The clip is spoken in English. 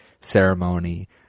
ceremony